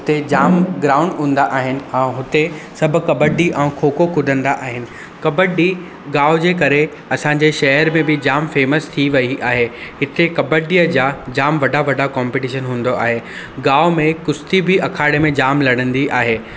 उते जाम ग्राउंड हूंदा आहिनि ऐं हुते सभु कबड्डी ऐं खो खो कुॾंदा आहिनि कबड्डी गांओ जे करे असांजे शहर में बि जाम फेमस थी वई आहे हिते कबड्डीअ जा जाम वॾा वॾा कॉम्पिटिशन हूंदो आहे गांव में कुश्ती बि अखाड़े में जाम लड़ंदी आहे